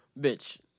bitch